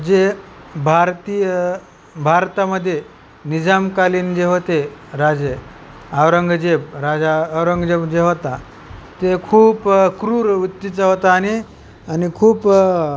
जे भारतीय भारतामध्ये निझामकालीन जे होते राजे औरंगजेब राजा औरंगजेब जे होता ते खूप क्रूर वृत्तीचा होता आणि आणि खूप